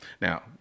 Now